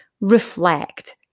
Reflect